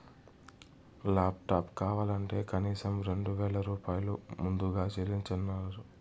laptop కావాలంటే కనీసం రెండు వేల రూపాయలు ముందుగా చెల్లించమన్నరు